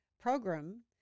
program